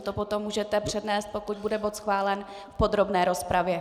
To potom můžete přednést, pokud bude bod schválen, v podrobné rozpravě.